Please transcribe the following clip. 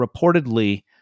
reportedly